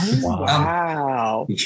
wow